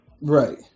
Right